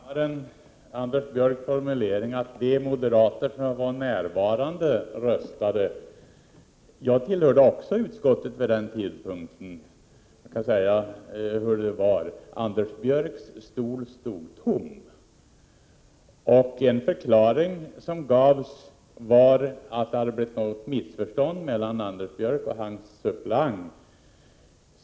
Herr talman! Observerade kammaren Anders Björcks formulering? Han sade att de moderater som var närvarande röstade för att handlingarna skulle komma ut. Jag tillhörde också utskottet vid denna tidpunkt och kan säga hur det låg till: Anders Björcks stol stod tom! En förklaring som gavs var att det hade uppstått något missförstånd mellan Anders Björck och hans suppleant.